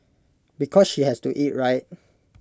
because she has to eat right